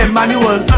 manual